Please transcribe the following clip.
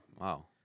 wow